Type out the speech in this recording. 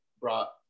brought